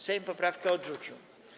Sejm poprawkę odrzucił.